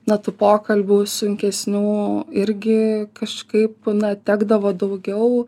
na tų pokalbių sunkesnių irgi kažkaip na tekdavo daugiau